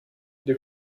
the